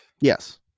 Yes